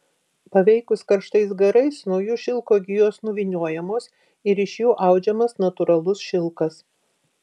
paveikus karštais garais nuo jų šilko gijos nuvyniojamos ir iš jų audžiamas natūralus šilkas